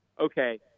okay